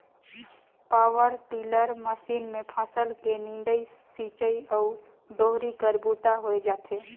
power tiller machine मे फसल के निंदई, सिंचई अउ डोहरी कर बूता होए जाथे